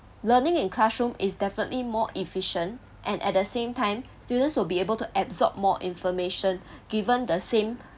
learning in classroom is definitely more efficient and at the same time students will be able to absorb more information given the same